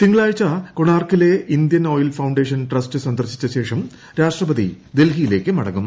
തിങ്കളാഴ്ച കൊണാർക്കിലെ Indian Oil Foundation Trust സന്ദർശിച്ച ശേഷം രാഷ്ട്രപതി ഡൽഹിയിലേക്ക് മടങ്ങും